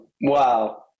wow